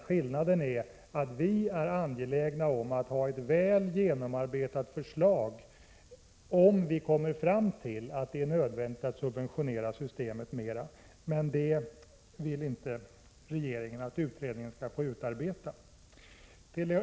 Skillnaden är att folkpartiet är angeläget om att det läggs fram ett väl genomarbetat förslag, om man kommer fram till att det är nödvändigt att subventionera systemet mera, men regeringen vill inte att utredningen skall få utarbeta ett sådant förslag.